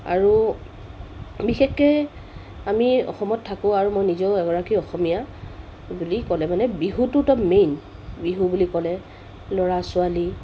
আৰু বিশেষকৈ আমি অসমত থাকোঁ আৰু মই নিজেও এগৰাকী অসমীয়া বুলি ক'লে মানে বিহুটো ত' মেইন বিহু বুলি ক'লে ল'ৰা ছোৱালী